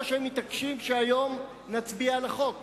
או שהם מתעקשים שהיום נצביע על החוק?